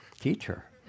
teacher